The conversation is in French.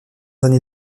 années